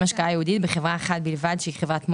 השקעה ייעודית בחברה אחת בלבד שהיא חברת מו"פ,